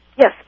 Yes